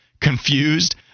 confused